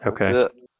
Okay